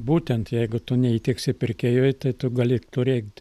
būtent jeigu tu neįtiksi pirkėjui tai tu gali turėt